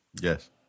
Yes